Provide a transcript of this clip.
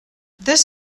this